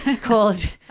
called